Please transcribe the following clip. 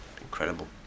Incredible